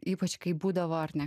ypač kai būdavo ar ne